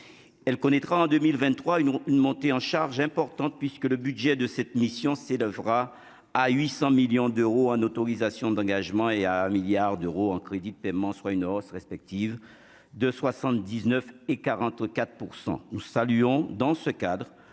elle connaîtra en 2023 une une montée en charge importante puisque le budget de cette mission c'est devra à 800 millions d'euros en autorisations d'engagement et à milliards d'euros en crédits de paiement, soit une hausse respective de 79 et 44